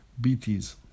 BTs